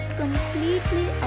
completely